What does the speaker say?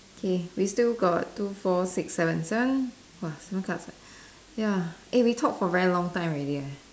K we still got two four six seven seven !wah! seven cards ah ya eh we talked for very long time already eh